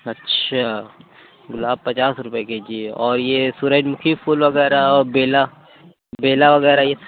اچھا گُلاب پچاس روپے کے جی ہے اور یہ سورج مُکھی پھول وغیرہ بیلا بیلا وغیرہ یہ